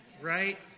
right